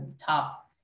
top